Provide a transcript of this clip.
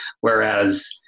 whereas